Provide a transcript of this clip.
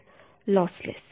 तर लॉसलेस्